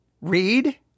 read